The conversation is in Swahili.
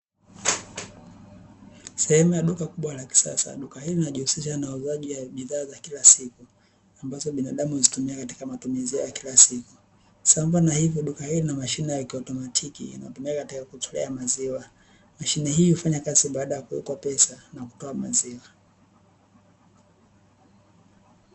Sehemu ya duka kubwa la kisasa, duka hili linajihusisha na uuzaji wa bidhaa za kila siku ambazo binadamu huzitumia katika matumizi yake ya kila siku. Sambamba na hivyo duka hilo lina mashine ya kiotomatiki inayotumika katika kutolea maziwa, mashine hio hufanya kazi baada ya kuwekwa pesa na kutoa maziwa.